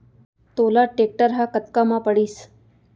तोला टेक्टर ह कतका म पड़िस?